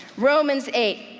romans eight,